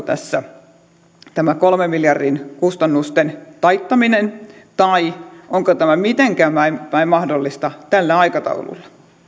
tässä tämä kolmen miljardin kustannusten taittaminen tai onko tämä mitenkään mahdollista tällä aikataululla